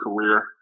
career